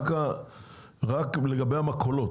רק לגבי המכולות.